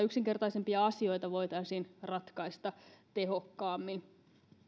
yksinkertaisimpia asioita voitaisiin ratkaista tehokkaammin